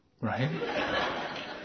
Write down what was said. right